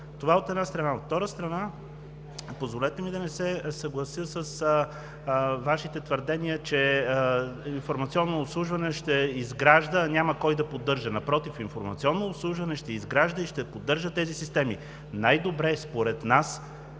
Това е, от една страна. От втора страна, позволете ми да не се съглася с Вашите твърдения, че „Информационно обслужване“ ще изгражда, а няма кой да поддържа. Напротив, „Информационно обслужване“ ще изгражда и ще поддържа тези системи. Най-добре е според нас